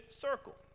circle